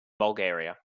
bulgaria